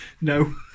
No